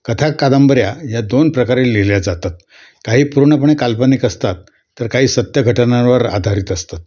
कथा कादंबऱ्या या दोन प्रकारे लिहिल्या जातात काही पूर्णपणे काल्पनिक असतात तर काही सत्य घटनांवर आधारित असतात